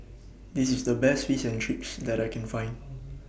This IS The Best Fish and Chips that I Can Find